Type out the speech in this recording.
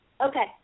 Okay